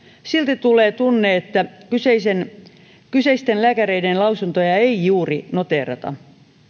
silti tulee tunne että kyseisten lääkäreiden lausuntoja ei juuri noteerata